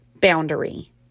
boundary